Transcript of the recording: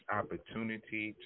opportunity